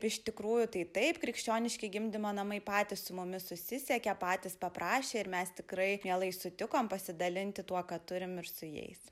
iš tikrųjų tai taip krikščioniški gimdymo namai patys su mumis susisiekė patys paprašė ir mes tikrai mielai sutikom pasidalinti tuo ką turim ir su jais